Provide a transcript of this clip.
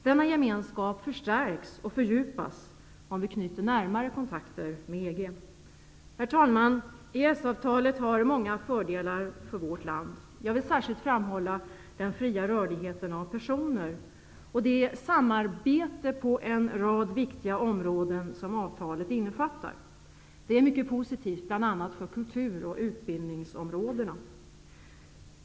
Denna gemenskap förstärks och fördjupas om vi knyter närmare kontakter med Herr talman! EES-avtalet har många fördelar för vårt land. Jag vill särskilt framhålla den fria rörligheten av personer och det samarbete på en rad viktiga områden som avtalet innefattar. Det är mycket positivt, bl.a. för kultur och utbildningsområdena.